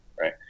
Right